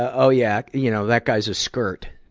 oh, yeah, you know that guy's a skirt.